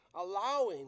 allowing